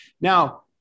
Now